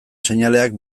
seinaleak